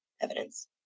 evidence